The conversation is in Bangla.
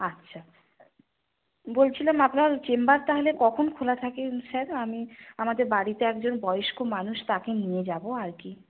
আচ্ছা বলছিলাম আপনার চেম্বার তাহলে কখন খোলা থাকে স্যার আমি আমাদের বাড়িতে একজন বয়স্ক মানুষ তাকে নিয়ে যাব আর কি